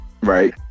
Right